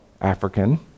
African